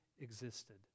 existed